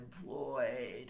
employed